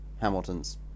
Hamilton's